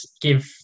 give